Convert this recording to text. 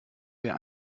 wer